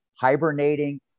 hibernating